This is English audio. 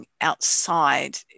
outside